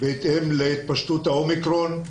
בהתאם להתפשטות ה-אומיקרון.